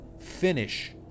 finish